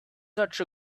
such